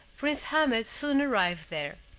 prince ahmed soon arrived there.